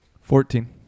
Fourteen